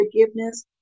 forgiveness